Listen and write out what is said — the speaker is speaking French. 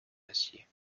acier